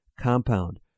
compound